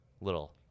little